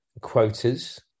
quotas